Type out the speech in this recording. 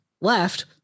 left